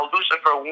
Lucifer